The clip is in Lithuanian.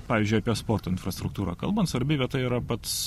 pavyzdžiui apie sporto infrastruktūrą kalbant svarbi vieta yra pats